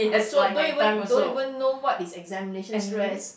so don't even don't even know what is examination stress